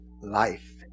life